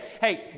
hey